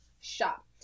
shop